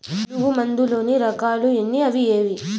పులుగు మందు లోని రకాల ఎన్ని అవి ఏవి?